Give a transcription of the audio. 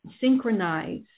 synchronize